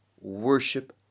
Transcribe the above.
Worship